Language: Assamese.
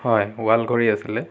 হয় ৱালঘড়ি আছিলে